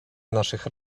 naszych